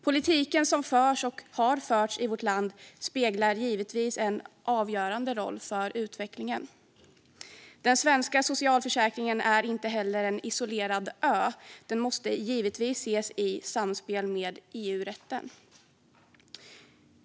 Politiken som har förts och förs i vårt land spelar givetvis en avgörande roll för utvecklingen. Den svenska socialförsäkringen är inte heller en isolerad ö, utan den måste givetvis ses i samspel med EU-rätten.